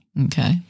Okay